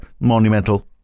monumental